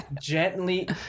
gently